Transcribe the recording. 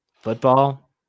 football